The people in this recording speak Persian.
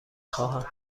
خواهم